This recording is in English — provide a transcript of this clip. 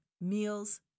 Meals